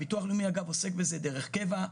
הביטוח הלאומי עוסק בזה דרך קבע.